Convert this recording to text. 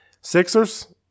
Sixers –